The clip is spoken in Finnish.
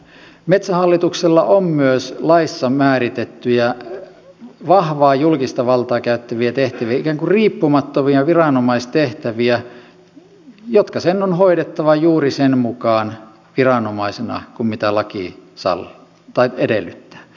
metsähallituksella on myös laissa määritettyjä vahvaa julkista valtaa käyttäviä tehtäviä ikään kuin riippumattomia viranomaistehtäviä jotka sen on hoidettava juuri sen mukaan viranomaisena kuin mitä laki edellyttää